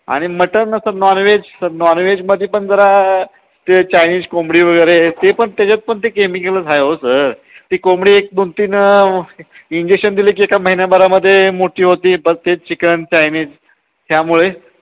आणि mutton sir non veg sir non व्हेजमध्ये पण जरा ते चायनीज कोंबडी वगैरे ते पण त्याच्यात पण ते केमिकलच आहे हो सर ती कोंबडी एक दोन तीन इंजेक्शन दिली की एका महिन्याभरामध्ये मोठी होती परत तेच चिकन चायनीज ह्यामुळे